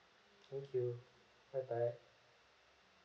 thank you bye bye